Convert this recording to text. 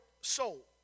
soul